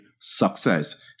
success